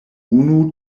unu